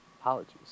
Apologies